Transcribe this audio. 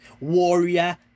Warrior